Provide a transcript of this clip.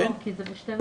לא, כי זה ב-12:15,